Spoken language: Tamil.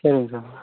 சரிங்க சார்